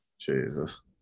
Jesus